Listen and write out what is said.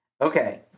Okay